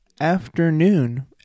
afternoon